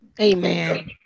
Amen